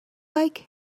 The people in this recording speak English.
like